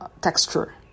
texture